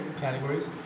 categories